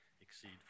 exceed